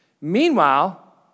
Meanwhile